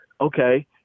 okay